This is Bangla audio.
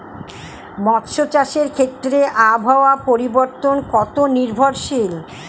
মৎস্য চাষের ক্ষেত্রে আবহাওয়া পরিবর্তন কত নির্ভরশীল?